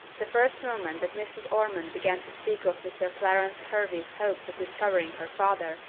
the first moment that mrs. ormond began to speak of mr. clarence hervey's hopes of discovering her father,